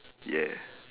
ya